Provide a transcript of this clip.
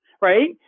right